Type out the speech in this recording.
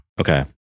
Okay